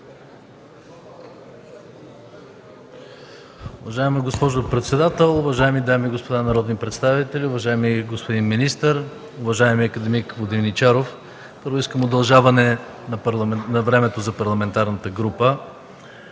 Уважаема госпожо председател, уважаеми дами и господа народни представители, уважаеми господин министър, уважаеми акад. Воденичаров! Първо, искам удължаване на времето за парламентарната група